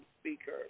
speaker